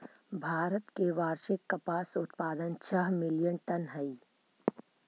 भारत के वार्षिक कपास उत्पाद छः मिलियन टन हई